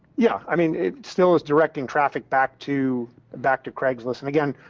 yeah. i mean, it still is directing traffic back to back to craigslist, and again,